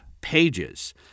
pages